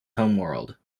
homeworld